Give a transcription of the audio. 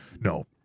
no